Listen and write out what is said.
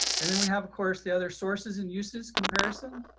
and then we have of course the other sources and uses comparison.